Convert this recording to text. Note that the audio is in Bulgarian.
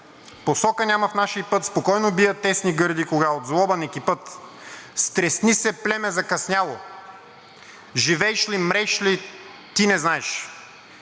посока няма в наший път, спокойно бият тесни гърди, кога от злоба не кипът. Стресни се, племе закъсняло! Живейш ли, мреш ли, ти не знайш!